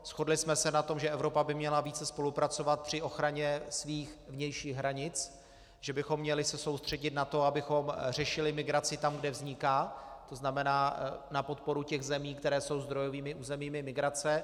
Shodli jsme se na tom, že Evropa by měla více spolupracovat při ochraně svých vnějších hranic, že bychom se měli soustředit na to, abychom řešili migraci tam, kde vzniká, to znamená na podporu těch zemí, které jsou zdrojovými územími migrace.